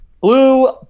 Blue